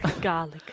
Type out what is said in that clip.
garlic